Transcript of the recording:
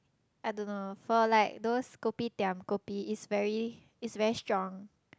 I don't know for like those kopitiam kopi is very is very strong